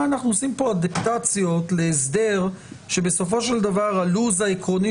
אנחנו עושים פה אדפטציות להסדר שבסופו של דבר הלוז העקרוני